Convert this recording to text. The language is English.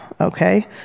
okay